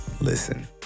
Listen